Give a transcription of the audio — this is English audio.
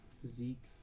physique